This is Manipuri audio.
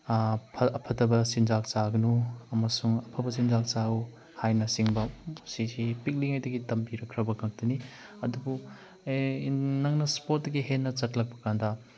ꯑꯐꯠꯇꯕ ꯆꯤꯟꯖꯥꯛ ꯆꯥꯒꯅꯨ ꯑꯃꯁꯨꯡ ꯑꯐꯕ ꯆꯤꯟꯖꯥꯛ ꯆꯥꯎ ꯍꯥꯏꯕꯅꯆꯤꯡꯕ ꯁꯤꯁꯤ ꯄꯤꯛꯂꯤꯉꯩꯗꯒꯤ ꯇꯝꯕꯤꯔꯛꯈ꯭ꯔꯕ ꯉꯥꯛꯇꯅꯤ ꯑꯗꯨꯕꯨ ꯑꯦ ꯅꯪꯅ ꯏꯁꯄꯣꯔꯠꯇꯒꯤ ꯍꯦꯟꯅ ꯆꯠꯂꯛꯄ ꯀꯥꯟꯗ